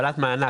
רגע,